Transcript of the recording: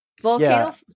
Volcano